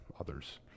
others